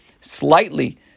slightly